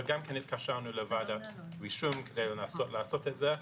התקשרנו לוועדת רישום לנסות לעשות את זה.